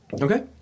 Okay